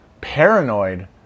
paranoid